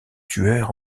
tueur